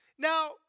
Now